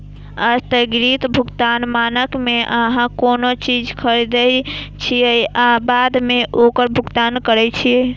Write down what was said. स्थगित भुगतान मानक मे अहां कोनो चीज खरीदै छियै आ बाद मे ओकर भुगतान करै छियै